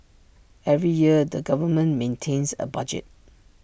every year the government maintains A budget